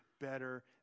better